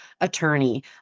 attorney